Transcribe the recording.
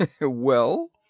Well